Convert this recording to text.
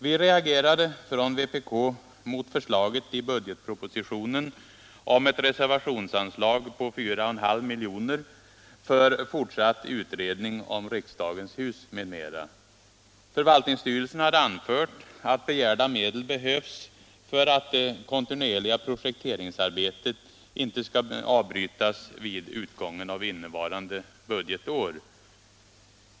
Vi reagerade från vpk mot förslaget i budgetpropositionen om ett reservationsanslag på 4,5 milj.kr. för fortsatt utredning om riksdagens hus m.m. Förvaltningsstyrelsen hade anfört att begärda medel behövs för att det kontinuerliga projekteringsarbetet inte skall avbrytas vid utgången av innevarande budgetår.